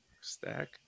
stack